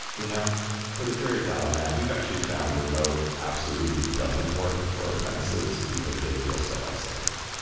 you know so the jury is out on that. we've actually found remote absolutely doesn't work for apprentices, because they feel so isolated.